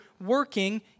working